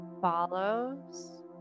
follows